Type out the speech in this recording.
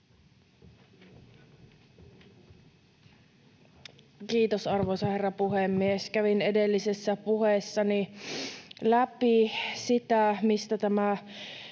Kiitos, arvoisa herra puhemies! Kävin edellisessä puheessani läpi sitä, mistä tämä